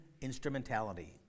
instrumentality